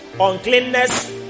uncleanness